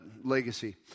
legacy